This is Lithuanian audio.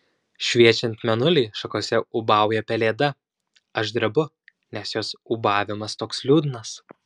šviečiant mėnuliui šakose ūbauja pelėda aš drebu nes jos ūbavimas toks liūdnas